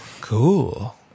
Cool